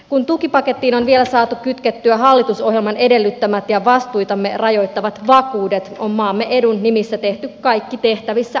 kun tukipakettiin on vielä saatu kytkettyä hallitusohjelman edellyttämät ja vastuitamme rajoittavat vakuudet on maamme edun nimissä tehty kaikki tehtävissä oleva työ